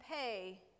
pay